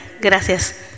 Gracias